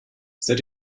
seid